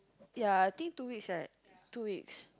ya I think two weeks right two weeks